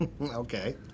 Okay